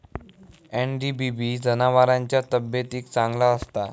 NDBB जनावरांच्या तब्येतीक चांगला असता